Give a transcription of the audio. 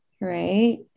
right